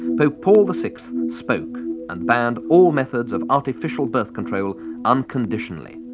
pope paul the sixth spoke and banned all methods of artificial birth control unconditionally.